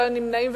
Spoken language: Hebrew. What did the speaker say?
לא היו נמנעים.